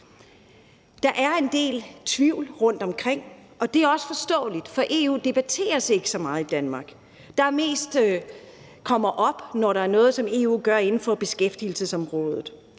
Der er en del tvivl rundtomkring, og det er også forståeligt, for EU debatteres ikke så meget i Danmark. Det kommer mest op, når der er noget, som EU gør inden for beskæftigelsesområdet